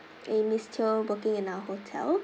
a miss teo working in our hotel